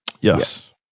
Yes